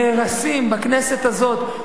נהרסים בכנסת הזאת.